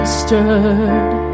stirred